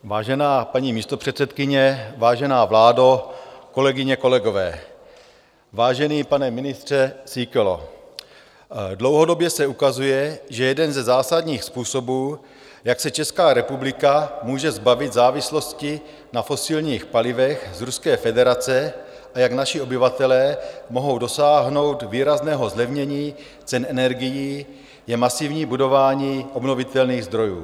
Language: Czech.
Vážená paní místopředsedkyně, vážená vládo, kolegyně, kolegové, vážený pane ministře Síkelo, dlouhodobě se ukazuje, že jeden ze zásadních způsobů, jak se Česká republika může zbavit závislosti na fosilních palivech z Ruské federace a jak naši obyvatelé mohou dosáhnout výrazného zlevnění cen energií, je masivní budování obnovitelných zdrojů.